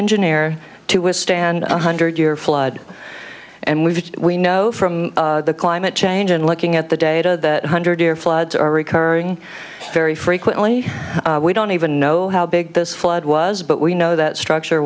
engineer to withstand one hundred year flood and we've we know from the climate change in looking at the data that one hundred year floods are recurring very frequently we don't even know how big this flood was but we know that structure